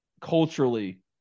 culturally